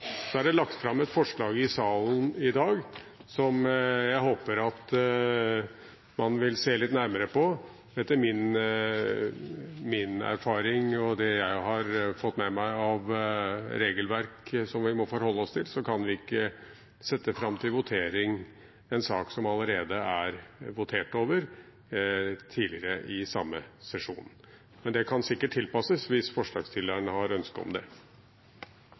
Så er det lagt fram et forslag i salen i dag som jeg håper man vil se litt nærmere på. Etter min erfaring og det jeg har fått med meg av regelverk som vi må forholde oss til, kan vi ikke ta opp til votering en sak som allerede er votert over tidligere i samme sesjon. Men det kan sikkert tilpasses, hvis forslagsstillerne har ønske om det.